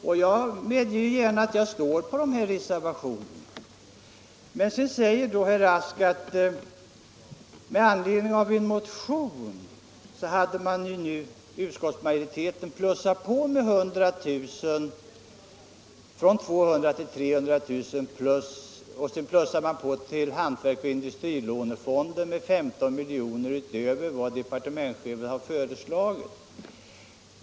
Sedan framhöll herr Rask att utskottsmajoriteten med anledning av en motion har tillstyrkt en höjning av beloppsgränsen för lån ur hantverksoch industrilånefonden från det av departementschefen föreslagna beloppet 200 000 kr. till 300 000 kr. och en höjning av investeringsanslaget till fonden med 15 milj.kr. utöver vad departementschefen föreslagit.